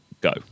go